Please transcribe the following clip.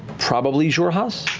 probably xhorhas.